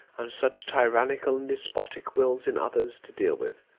and such tyrannical and despotic wills in others, to deal with.